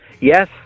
Yes